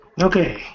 Okay